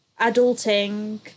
adulting